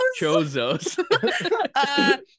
Chozos